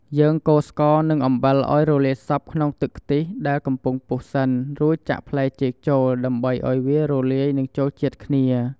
យើងកូរស្ករនិងអំបិលឱ្យរលាយសព្វក្នុងទឹកខ្ទិះដែលកំពុងពុះសិន រួចចាក់ផ្លែចេកចូល ដើម្បីឱ្យវារលាយនិងចូលជាតិគ្នា ។